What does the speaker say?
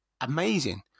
amazing